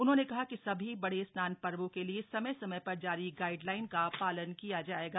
उन्होंने कहा कि सभी बड़े स्नान पर्वो के लिए समय समय पर जारी गाइडलाइन का पालन किया जाएगा